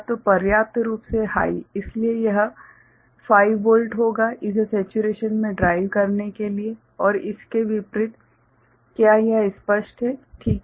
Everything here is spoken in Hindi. तो पर्याप्त रूप से हाइ इसलिए यह 5 वोल्ट होगा इसे सेचुरेशन में ड्राइव करने के लिए और इसके विपरीत क्या यह स्पष्ट है ठीक है